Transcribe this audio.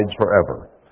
forever